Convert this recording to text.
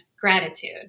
gratitude